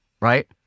right